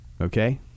Okay